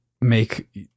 make